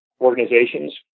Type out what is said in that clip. organizations